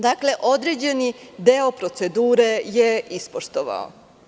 Dakle, određeni deo procedure je ispoštovao.